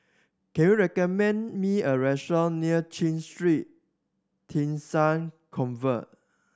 can you recommend me a restaurant near CHIJ Street Theresa's Convent